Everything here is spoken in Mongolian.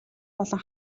болон